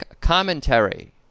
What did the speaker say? commentary